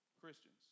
Christians